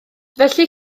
felly